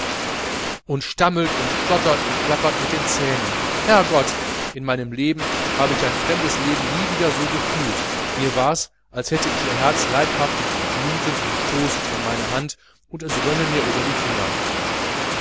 und stammelt und stottert und klappert mit den zähnen herrgott in meinem leben habe ich ein fremdes leben nie wieder so gefühlt mir wars als hätte ich ihr herz leibhaftig und blutend und stoßend in meiner hand und es rönne mir über die finger